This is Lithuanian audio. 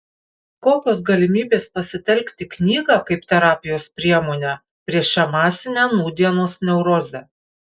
kokios galimybės pasitelkti knygą kaip terapijos priemonę prieš šią masinę nūdienos neurozę